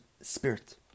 spirit